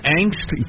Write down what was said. angst